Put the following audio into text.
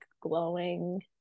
glowing